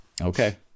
Okay